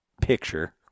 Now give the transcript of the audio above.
picture